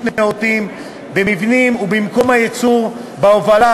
נאותים במבנים ובמקום הייצור ובהובלה.